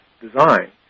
design